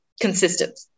consistent